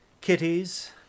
kitties